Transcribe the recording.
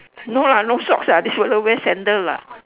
no lah no socks ah this fella wear sandal lah